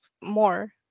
more